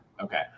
okay